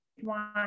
one